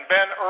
Ben